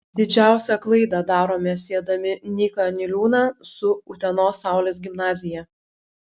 didžiausią klaidą darome siedami nyką niliūną su utenos saulės gimnazija